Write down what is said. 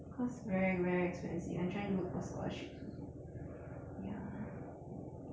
cause very very expensive I'm trying to look for scholarships also ya